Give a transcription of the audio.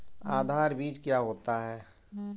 आधार बीज क्या होता है?